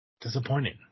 Disappointing